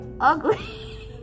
ugly